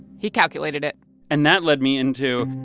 he calculated it and that led me into,